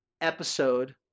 episode